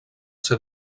ser